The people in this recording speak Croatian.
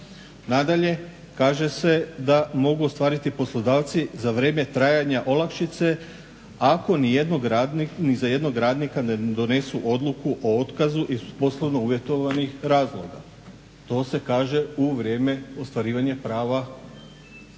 Nadalje, kaže se da mogu ostvariti poslodavci za vrijeme trajanja olakšice ako ni za jednog radnika ne donesu odluku o otkazu iz poslovno uvjetovanih razloga. To se kaže u vrijeme ostvarivanja prava olakšice.